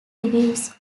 reviews